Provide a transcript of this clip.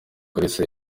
kalisa